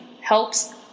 helps